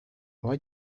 what